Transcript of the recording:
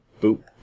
boop